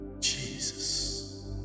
Jesus